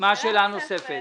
מה השאלה הנוספת?